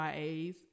YAs